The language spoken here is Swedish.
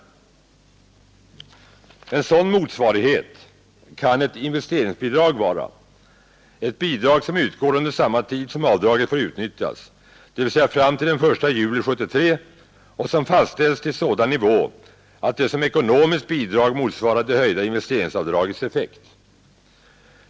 En sådan motsvarighet kan ett investeringsbidrag vara, ett bidrag som utgår under samma tid som avdraget får utnyttjas, dvs. fram till den 1 juli 1973, och som fastställs till sådan nivå att det som ekonomiskt bidrag motsvarar det höjda investeringsavdragets effekt.